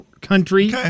country